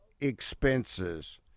expenses